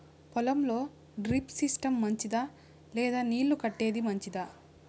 పొలం లో drip system మంచిదా లేదా నీళ్లు కట్టేది మంచిదా?